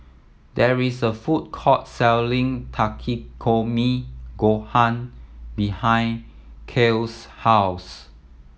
there is a food court selling Takikomi Gohan behind Kiel's house